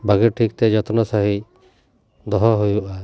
ᱵᱷᱟᱜᱮ ᱴᱷᱤᱠ ᱛᱮ ᱡᱚᱛᱱᱚ ᱥᱟᱺᱦᱤᱡ ᱫᱚᱦᱚ ᱦᱩᱭᱩᱜᱼᱟ